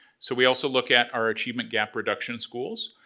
so we also look at our achievement gap reduction schools,